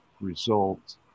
result